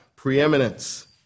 Preeminence